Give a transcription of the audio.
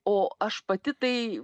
o aš pati tai